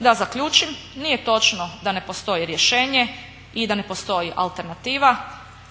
Da zaključim, nije točno da ne postoji rješenje i da ne postoji alternativa.